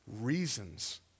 reasons